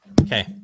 Okay